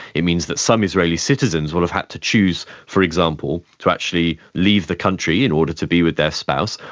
it means that some israeli citizens will have had to choose, for example, to actually leave the country in order to be with their spouse,